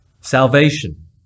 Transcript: Salvation